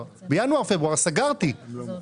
כי בחודשים ינואר-פברואר סגרתי את המקום,